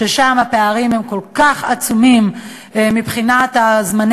ששם הפערים הם כל כך עצומים מבחינת זמני